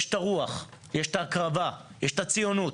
יש רוח, יש הקרבה, יש ציונות,